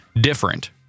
different